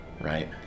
right